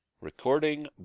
Recording